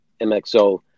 MXO